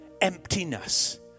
emptiness